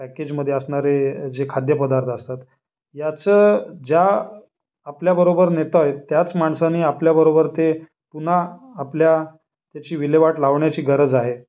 पॅकेजमध्ये असणारे जे खाद्यपदार्थ असतात याचं ज्या आपल्याबरोबर नेत आहे त्याच माणसानी आपल्याबरोबर ते पुन्हा आपल्या त्याची विल्हेवाट लावण्याची गरज आहे